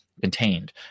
contained